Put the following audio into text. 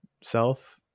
self